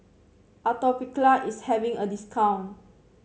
atopiclair is having a discount